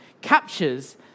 captures